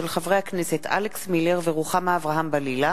של חברי הכנסת אלכס מילר ורוחמה אברהם-בלילא,